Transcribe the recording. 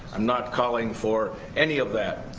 i'm not calling for any of that,